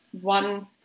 one